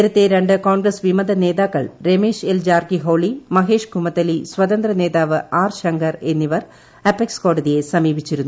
നേരത്തെ രണ്ട് കോൺഗ്രസ് വിമത നേതാക്കൾ രമേശ് എൽ ജാർക്കി ഹോളി മഹേഷ് കുമ്മത്തലി സ്വതന്ത്രനേതാവ് ആർ ശങ്കർ എന്നിവർ അപ്പെക്സ് കോടതിയെ സമീപിച്ചിരുന്നു